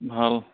ভাল